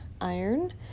iron